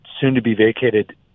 soon-to-be-vacated